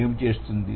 ఏమి చేస్తుంది